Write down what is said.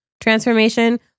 transformation